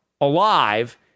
alive